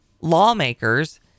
lawmakers